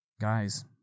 guys